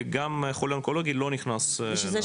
גם חולה אונקולוגי, לא נכנס.